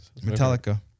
Metallica